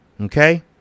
Okay